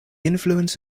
influence